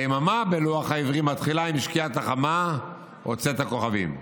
היממה בלוח העברי מתחילה עם שקיעת החמה או צאת הכוכבים.